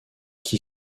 qui